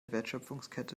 wertschöpfungskette